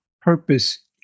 purpose